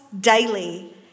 daily